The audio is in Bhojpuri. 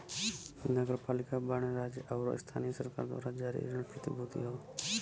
नगरपालिका बांड राज्य आउर स्थानीय सरकार द्वारा जारी ऋण प्रतिभूति हौ